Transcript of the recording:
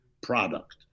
product